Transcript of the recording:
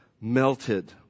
melted